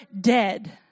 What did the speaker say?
dead